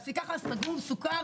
סגור, סוכם.